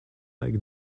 like